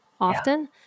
often